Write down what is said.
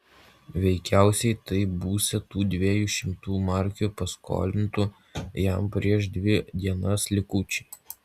veikiausiai tai būsią tų dviejų šimtų markių paskolintų jam prieš dvi dienas likučiai